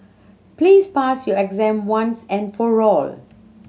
please pass your exam once and for all